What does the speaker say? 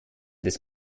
des